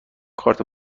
کارت